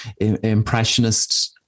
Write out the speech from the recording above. impressionist